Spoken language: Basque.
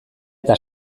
eta